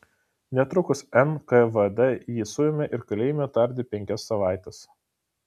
netrukus nkvd jį suėmė ir kalėjime tardė penkias savaites